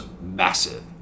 massive